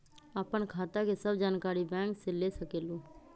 आपन खाता के सब जानकारी बैंक से ले सकेलु?